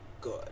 good